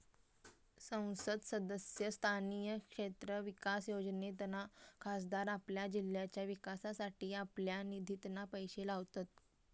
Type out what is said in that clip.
संसद सदस्य स्थानीय क्षेत्र विकास योजनेतना खासदार आपल्या जिल्ह्याच्या विकासासाठी आपल्या निधितना पैशे लावतत